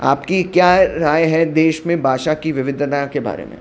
आपकी क्या राइ है देश में भाषा की विविधता के बारे में